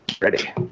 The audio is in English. Ready